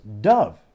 Dove